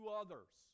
others